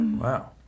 Wow